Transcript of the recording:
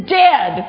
dead